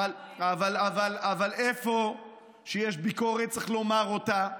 אבל איפה שיש ביקורת צריך לומר אותה,